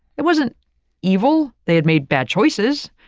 it wasn't evil, they had made bad choices.